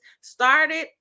started